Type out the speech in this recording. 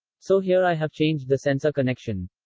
so here i have changed the sensor connection.